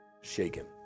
shaken